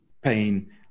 pain